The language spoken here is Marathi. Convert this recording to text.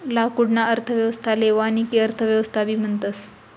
लाकूडना अर्थव्यवस्थाले वानिकी अर्थव्यवस्थाबी म्हणतस